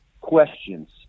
questions